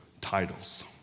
titles